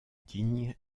digne